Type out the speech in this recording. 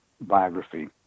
biography